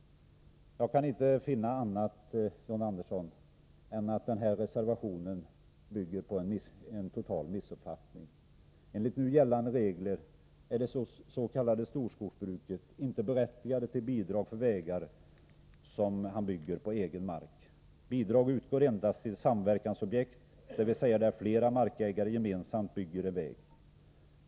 Jag kan inte finna annat än att den reservationen bygger på en total missuppfattning. Enligt nu gällande regler är det s.k. storskogsbruket inte berättigat till bidrag för vägar som byggs på egen mark. Bidrag utgår endast till samverkansobjekt, där flera markägare gemensamt bygger en väg.